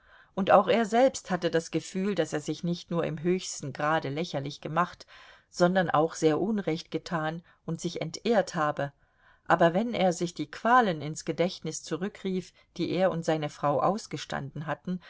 und auch er selbst hatte das gefühl daß er sich nicht nur im höchsten grade lächerlich gemacht sondern auch sehr unrecht getan und sich entehrt habe aber wenn er sich die qualen ins gedächtnis zurückrief die er und seine frau ausgestanden hatten